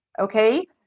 okay